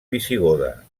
visigoda